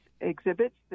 exhibits